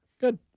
Good